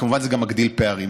כמובן, זה גם מגדיל פערים.